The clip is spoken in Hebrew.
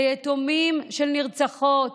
ליתומים של נרצחות